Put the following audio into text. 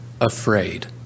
Afraid